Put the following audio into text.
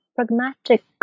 pragmatic